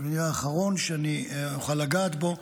והוא יהיה האחרון שאני אוכל לגעת בו,